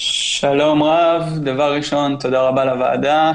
תודה רבה לוועדה.